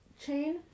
chain